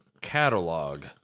catalog